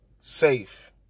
safe